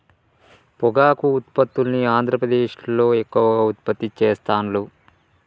పొగాకు ఉత్పత్తుల్ని ఆంద్రప్రదేశ్లో ఎక్కువ ఉత్పత్తి చెస్తాండ్లు